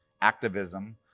activism